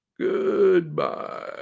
Goodbye